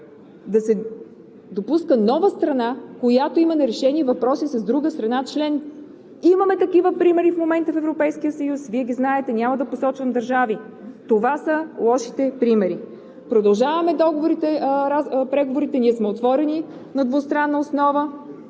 да се допуска нова страна, която има нерешени въпроси с друга страна член. Имаме такива примери в момента в Европейския съюз – Вие ги знаете. Няма да посочвам държави. Това са лошите примери. Продължаваме преговорите. Ние сме отворени на двустранна основа.